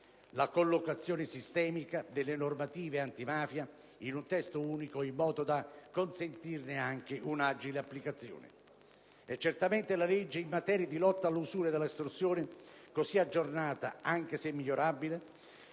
la collocazione sistemica delle normative antimafia in un Testo unico, in modo da consentirne anche un'agile applicazione. Certamente, la normativa in materia di lotta all'usura e all'estorsione, così aggiornata anche se migliorabile,